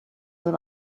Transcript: with